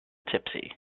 tipsy